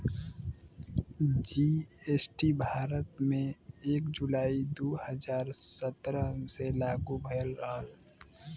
GST Bharat में एक जुलाई दू हजार सत्रह से लागू भयल रहल